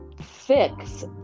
fix